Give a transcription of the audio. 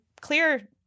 clear